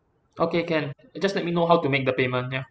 okay can just let me know how to make the payment ya